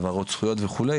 העברות זכויות וכו',